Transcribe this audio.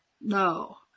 no